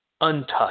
untouched